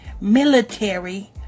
military